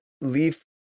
Leaf